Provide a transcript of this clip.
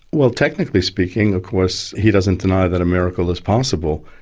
well, technically speaking, of course, he doesn't deny that a miracle is possible.